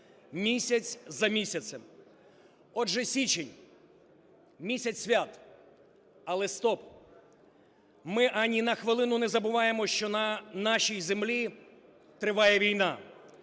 місяць за місяцем. Отже, січень – місяць свят. Але стоп! Ми ані на хвилину не забуваємо, що на нашій землі триває війна,